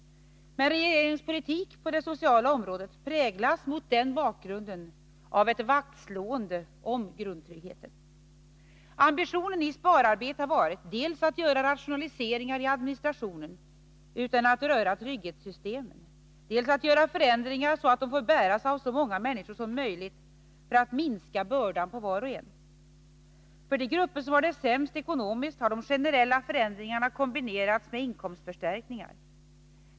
Regeringens politik på det sociala området präglas mot den bakgrunden av ett vaktslående om grundtryggheten. Ambitionen i spararbetet har varit dels att göra rationaliseringar i administrationen utan att röra trygghetssystemen, dels att genomföra förändringar på ett sådant sätt att de får bäras av så många människor som möjligt för att minska bördan på var och en. För de grupper som har det sämst ekonomiskt har de generella förändringarna kombinerats med inkomstförstärkningar.